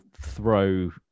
throw